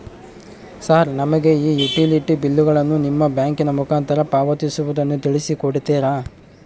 Sir ನಮಗೆ ಈ utility ಬಿಲ್ಲುಗಳನ್ನು ನಿಮ್ಮ ಬ್ಯಾಂಕಿನ ಮುಖಾಂತರ ಪಾವತಿಸುವುದನ್ನು ತಿಳಿಸಿ ಕೊಡ್ತೇರಾ?